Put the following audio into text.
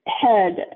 head